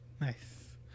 nice